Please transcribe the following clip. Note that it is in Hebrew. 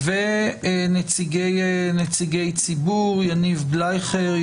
נציגי ציבור יניב בלייכר,